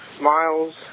Miles